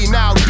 now